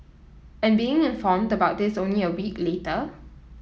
and being informed about this only a week later